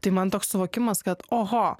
tai man toks suvokimas kad oho